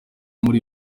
muri